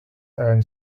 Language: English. and